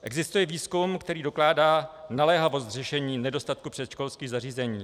Existuje výzkum, který dokládá naléhavost řešení nedostatku předškolských zařízení.